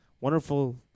wonderful